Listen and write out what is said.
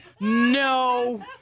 No